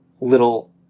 little